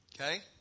Okay